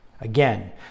Again